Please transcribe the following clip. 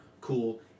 cool